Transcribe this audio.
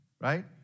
right